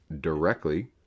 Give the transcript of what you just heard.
directly